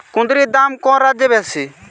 কুঁদরীর দাম কোন রাজ্যে বেশি?